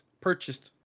purchased